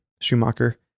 schumacher